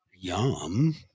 Yum